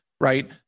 right